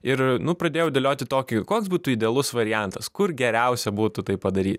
ir nu pradėjau dėlioti tokį koks būtų idealus variantas kur geriausia būtų tai padaryti